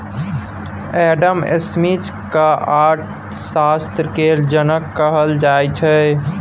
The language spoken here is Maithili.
एडम स्मिथ केँ अर्थशास्त्र केर जनक कहल जाइ छै